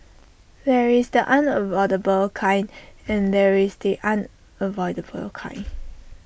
there is the unavoidable kind and there is the unavoidable kind